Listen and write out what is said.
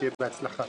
שיהיה בהצלחה.